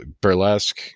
burlesque